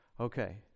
okay